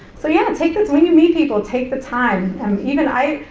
so yeah, and take the, when you meet people, take the time, and even i,